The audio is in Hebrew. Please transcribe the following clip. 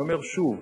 אני אומר שוב: